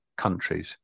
countries